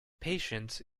patience